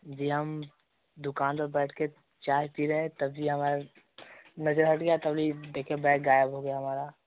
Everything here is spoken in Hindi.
जी हम दुकान पर बैठ कर चाय पी रहे तभी हमारी नज़र हट गया तभी देखे बैग गायब हो गया हमारा